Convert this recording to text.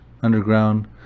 underground